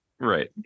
right